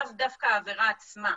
לאו דווקא העבירה עצמה.